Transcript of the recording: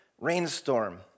rainstorm